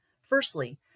firstly